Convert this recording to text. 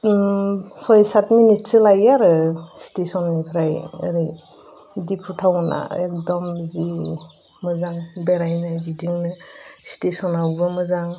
सय सात मिनिटसो लायो आरो स्टेसननिफ्राय ओरै डिफु टाउनआ एखदम जि मोजां बेरायनो गिदिंनो स्टेसनाबो मोजां